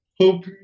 hope